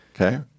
Okay